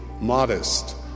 modest